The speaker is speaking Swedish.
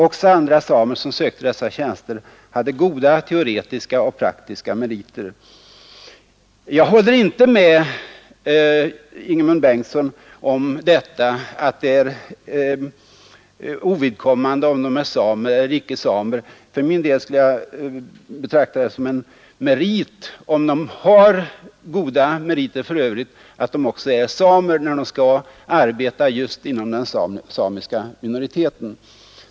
Även andra samer som sökte dessa tjänster hade goda teoretiska och praktiska meriter. Jag håller inte med Ingemund Bengtsson om att det är ovidkommande om vederbörande är samer eller inte. För min del skulle jag vilja betrakta det som en fördel, såvida de har goda meriter för övrigt, om de också är samer, eftersom de skall arbeta just inom den samiska minoriteten.